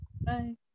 Bye